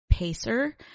pacer